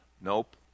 Nope